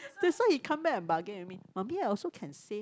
that's why he come back and bargain with me mummy ah I also can save